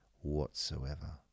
whatsoever